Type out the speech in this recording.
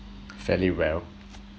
fairly well